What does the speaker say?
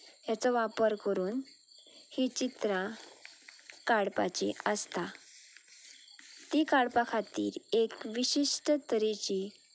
हांचो वापर करून हीं चित्रां काडपाचीं आसता तीं काडपा खातीर एक विशिश्ट तरेची